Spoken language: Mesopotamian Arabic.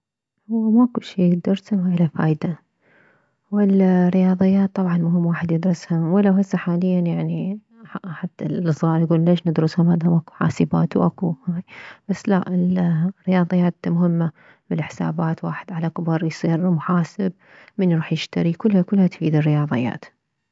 هو ماكو شي ندرسه ما اله فايدة والرياضيات طبعا مهم واحد يدرسها ولو هسه حاليا يعني حتى الصغار يكولون ليش ندرسها مادام اكو حاسبات واكو هاي بس لا الرياضيات مهمة بالحسابات واحد على كبر يصير محاسب من يروح يشتري كلها كلها تفيد الرياضيات